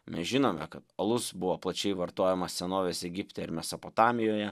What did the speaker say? mes žinome kad alus buvo plačiai vartojamas senovės egipte ir mesapotamijoje